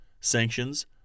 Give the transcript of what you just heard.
sanctions